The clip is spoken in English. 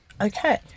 Okay